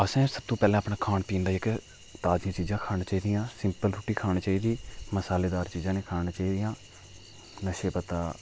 असें सब तू पैह्लें अपना खान पीन दा जेह्का ताजी चीजां खाने चाहीदियां सिंपल रुट्टी खानी चाहिदी मसालेदार चीजां नेईं खाना चाहदियां नशे पत्ता